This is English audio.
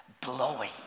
blowing